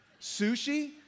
Sushi